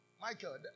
Michael